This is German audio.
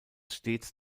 stets